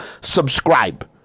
subscribe